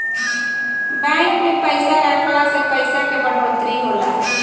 bank में पइसा रखला से पइसा के बढ़ोतरी होला